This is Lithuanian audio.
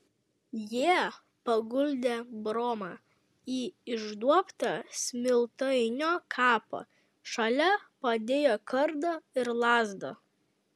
jie paguldė bromą į išduobtą smiltainio kapą šalia padėjo kardą ir lazdą